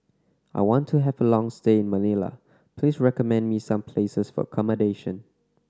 I want to have a long stay in Manila please recommend me some places for accommodation